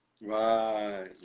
right